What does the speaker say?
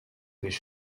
ich